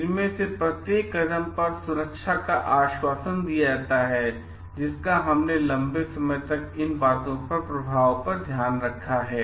इनमें से प्रत्येक कदम पर सुरक्षा का आश्वासन दिया गया है जिसका हमने लंबे समय तक इन बातों का प्रभाव पर ध्यान रखा है